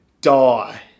die